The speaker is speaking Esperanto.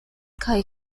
kaj